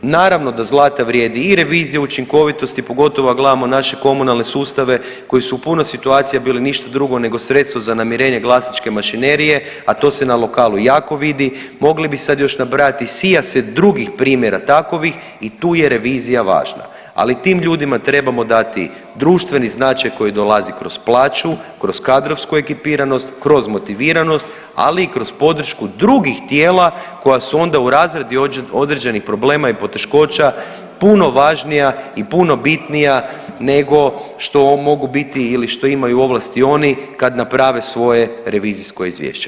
Naravno da zlata vrijedi i revizija učinkovitosti, pogotovo ako gledamo naše komunalne sustave koji su u puno situacija bili ništa drugo nego sredstvo za namirenje glasačke mašinerije, a to se na lokalu jako vidi, mogli bi sad još nabrajati … [[Govornik se ne razumije]] drugih primjera takovih i tu je revizija važna, ali tim ljudima trebamo dati društveni značaj koji dolazi kroz plaću, kroz kadrovsku ekipiranost, kroz motiviranost, ali i kroz podršku drugih tijela koja su onda u razradi određenih problema i poteškoća puno važnija i puno bitnija nego što mogu biti ili što imaju ovlasti oni kad naprave svoje revizijsko izvješće.